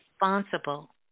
responsible